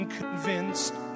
convinced